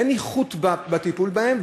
אין איכות בטיפול בהם,